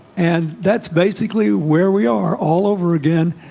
and that's basically where we are all over again,